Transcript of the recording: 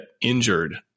injured